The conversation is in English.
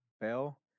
Bell